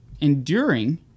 enduring